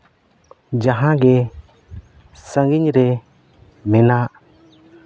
ᱡᱟᱦᱟᱸ ᱜᱮ ᱥᱟᱺᱜᱤᱧ ᱨᱮ ᱢᱮᱱᱟᱜ